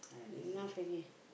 enough already